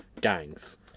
gangs